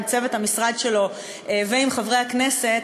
עם צוות המשרד שלו ועם חברי הכנסת,